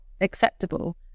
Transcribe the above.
acceptable